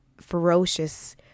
ferocious